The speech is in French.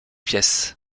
pièce